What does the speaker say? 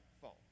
fault